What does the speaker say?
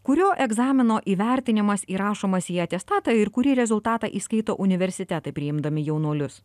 kurio egzamino įvertinimas įrašomas į atestatą ir kurį rezultatą įskaito universitetai priimdami jaunuolius